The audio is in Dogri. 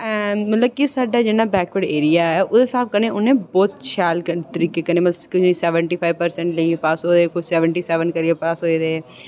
की मतलब साढ़ा बैकवर्ड जिन्ना एरिया ऐ ओह्दे स्हाब कन्नै उन्ने बहोत शैल तरीके कन्नै कुस सेवंटी फाइव लेइयै पास होये कोई सेवंटी सेवन करियै पास होये